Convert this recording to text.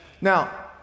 Now